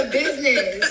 business